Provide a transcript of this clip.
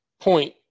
point